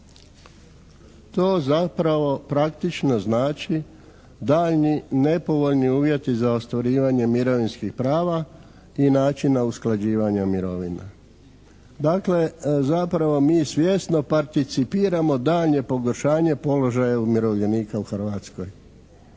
To zapravo praktično znači daljnji nepovoljni uvjeti za ostvarivanje mirovinskih prava i načina usklađivanja mirovina. Dakle, zapravo mi svjesno participiramo daljnje pogoršanje položaja umirovljenika u Hrvatskoj.